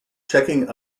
checking